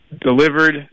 delivered